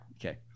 Okay